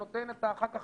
ואחר כך